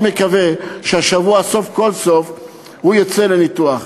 אני מאוד מקווה שהשבוע סוף כל סוף הוא יצא לניתוח.